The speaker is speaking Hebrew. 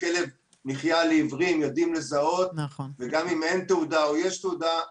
כלב נחייה לעיוורים יודעים לזהות וגם אם אין תעודה או יש תעודה,